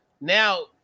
now